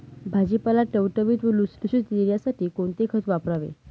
भाजीपाला टवटवीत व लुसलुशीत येण्यासाठी कोणते खत वापरावे?